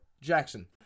Jackson